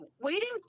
Waiting